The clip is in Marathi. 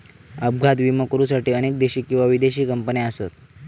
अपघात विमो करुसाठी अनेक देशी किंवा विदेशी कंपने असत